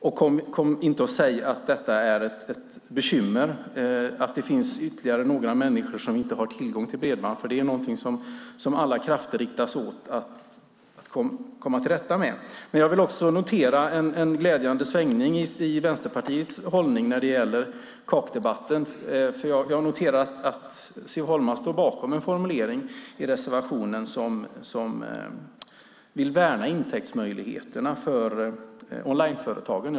Säg inte att det är ett bekymmer att det finns ytterligare några människor som inte har tillgång till bredband. Alla krafter riktas mot att komma till rätta med den saken. Jag noterar också en glädjande svängning i Vänsterpartiets hållning när det gäller kakdebatten. Jag har noterat att Siv Holma står bakom en formulering i reservationen om att man vill värna intäktsmöjligheterna för onlineföretagen.